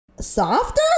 softer